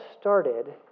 started